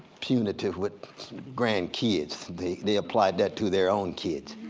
punitive with grandkids. they they applied that to their own kids.